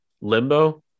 Limbo